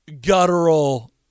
guttural